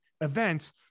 events